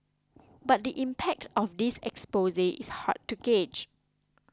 but the impact of this expose is hard to gauge